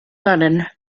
london